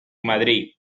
madrid